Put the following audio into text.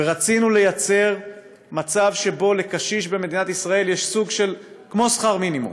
רצינו לייצר מצב שבו לקשיש במדינת ישראל יש סוג של כמו שכר מינימום.